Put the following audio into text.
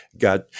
got